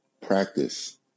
practice